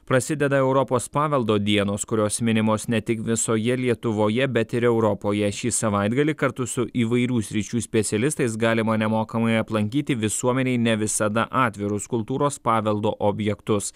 prasideda europos paveldo dienos kurios minimos ne tik visoje lietuvoje bet ir europoje šį savaitgalį kartu su įvairių sričių specialistais galima nemokamai aplankyti visuomenei ne visada atvirus kultūros paveldo objektus